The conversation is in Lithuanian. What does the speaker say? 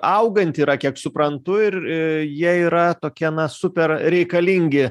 auganti yra kiek suprantu ir jie yra tokie na super reikalingi